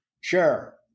Sure